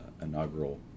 inaugural